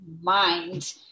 mind